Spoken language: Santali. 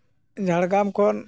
ᱡᱷᱟᱲᱜᱨᱟᱢ ᱠᱷᱚᱱ